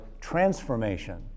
transformation